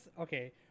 okay